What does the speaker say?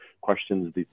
questions